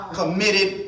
committed